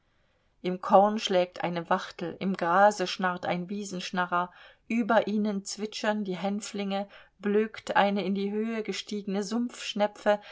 im korn schlägt eine wachtel im grase schnarrt ein wiesenschnarrer über ihnen zwitschern die hänflinge blökt eine in die höhe gestiegene